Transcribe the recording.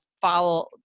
follow